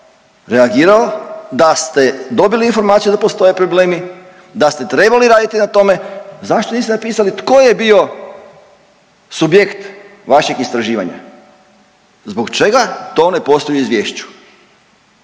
reagirao, da ste dobili informaciju da postoje problemi, da ste trebali raditi na tome, zašto niste napisali tko je bio subjekt vašeg istraživanja, zbog čega to ne postoji u izvješću